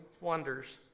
wonders